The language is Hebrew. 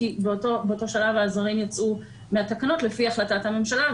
כי באותו שלב העזרים יצאו מהתקנות לפי החלטת הממשלה,